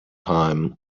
time